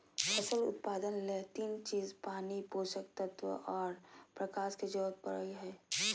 फसल उत्पादन ले तीन चीज पानी, पोषक तत्व आर प्रकाश के जरूरत पड़ई हई